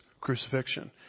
crucifixion